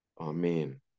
amen